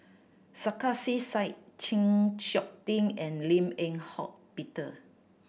Sarkasi Said Chng Seok Tin and Lim Eng Hock Peter